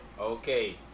Okay